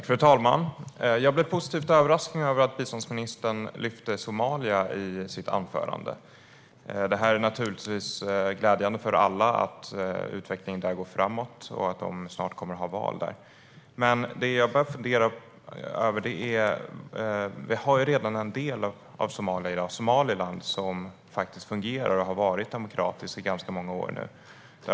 Fru talman! Jag blev positivt överraskad av att biståndsministern lyfte fram Somalia i sitt anförande. Det är naturligtvis glädjande för alla att utvecklingen där går framåt och att de snart kommer att ha val där. Det finns ju en del av Somalia, Somaliland, som faktiskt fungerar och har varit demokratiskt i ganska många år nu.